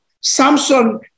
Samson